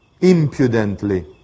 impudently